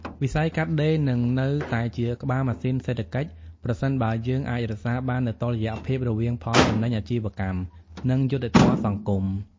វិស័យកាត់ដេរនឹងនៅតែជាក្បាលម៉ាស៊ីនសេដ្ឋកិច្ច ប្រសិនបើយើងអាចរក្សាបាននូវតុល្យភាពរវាងផលចំណេញអាជីវកម្ម និងយុត្តិធម៌សង្គម។